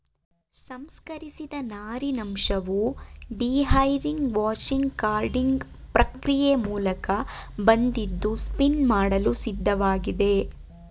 ಸಂಸ್ಕರಿಸಿದ ನಾರಿನಂಶವು dehairing washing carding ಪ್ರಕ್ರಿಯೆ ಮೂಲಕ ಬಂದಿದ್ದು ಸ್ಪಿನ್ ಮಾಡಲು ಸಿದ್ಧವಾಗಿದೆ